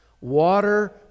Water